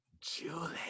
Julie